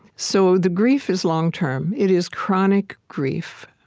so the grief is long-term. it is chronic grief.